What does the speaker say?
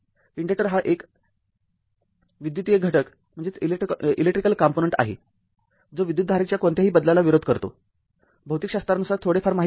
inductor हा एक विदुतिय घटक आहे जो विद्युतधारेच्या कोणत्याही बदलला विरोध करतो भौतिकशास्त्रानुसार थोडेफार माहीत आहे